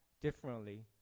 differently